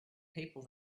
people